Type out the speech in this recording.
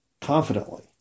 Confidently